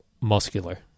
muscular